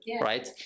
right